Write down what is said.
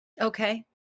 Okay